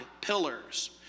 pillars